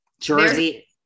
Jersey